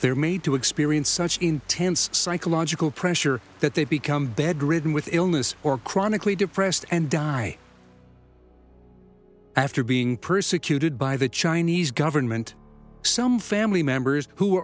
they are made to experience such intense psychological pressure that they become bedridden with illness or chronically depressed and die after being persecuted by the chinese government some family members who